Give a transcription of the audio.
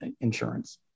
insurance